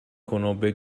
conobbe